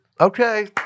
okay